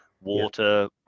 water